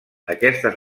aquestes